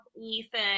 Ethan